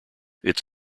its